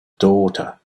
daughter